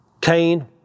Cain